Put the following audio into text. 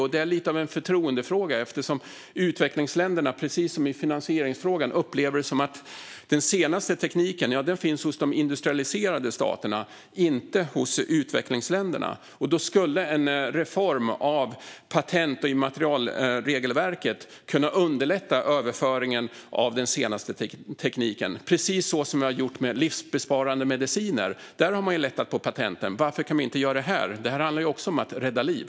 Det är också lite av en förtroendefråga, precis som finansieringsfrågan, eftersom utvecklingsländerna upplever det som att den senaste tekniken finns hos de industrialiserade staterna och inte hos dem. En reform av patent och immaterialregelverket skulle kunna underlätta överföringen av den senaste tekniken, precis så som vi har gjort med livsbesparande mediciner. Där har vi lättat på patenten. Varför kan vi inte göra det här? Detta handlar ju också om att rädda liv.